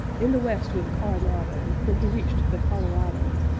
in the west with coronado when he reached the colorado,